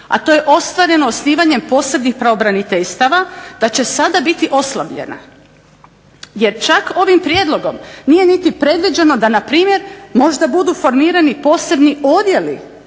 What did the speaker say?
a to je ostvareno osnivanjem posebnih pravobraniteljstava, da će sada biti oslabljena, jer čak ovim prijedlogom nije niti predviđeno da npr. možda budu formirani posebni odjeli